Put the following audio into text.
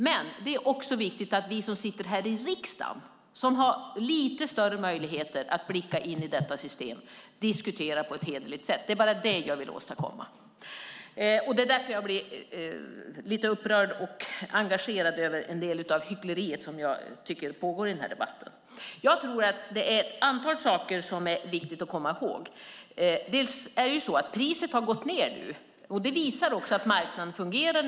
Men det är också viktigt att vi som sitter här i riksdagen, som har lite större möjligheter att blicka in i detta system, diskuterar på ett hederligt sätt. Det är bara det jag vill åstadkomma. Det är därför jag blir lite upprörd över en del av det hyckleri som jag tycker finns i den här debatten. Det är ett antal saker som det är viktigt att komma ihåg. Det är ju så att priset har gått ned nu. Det visar också att marknaden fungerar.